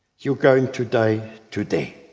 you're going to die today.